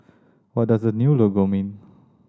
what does the new logo mean